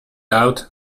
out